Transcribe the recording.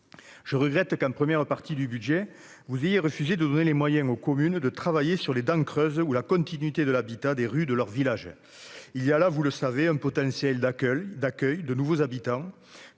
Je regrette que, en première partie du budget, vous ayez refusé de donner aux communes les moyens de travailler sur les dents creuses ou sur la continuité de l'habitat des rues des villages. Il y a là, vous le savez, un potentiel d'accueil de nouveaux habitants.